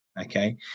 okay